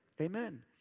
Amen